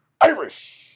Irish